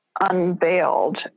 unveiled